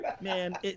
Man